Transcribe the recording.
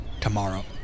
Tomorrow